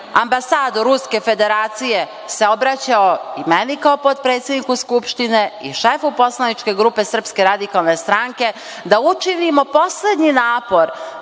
ambasador Ruske Federacije se obraćao i meni kao potpredsedniku Skupštine i šefu poslaničke grupe SRS da učinimo poslednji napor